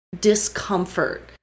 discomfort